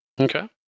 Okay